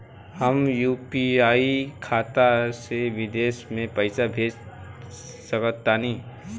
हम यू.पी.आई खाता से विदेश म पइसा भेज सक तानि?